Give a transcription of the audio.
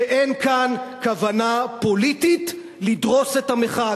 שאין כאן כוונה פוליטית לדרוס את המחאה,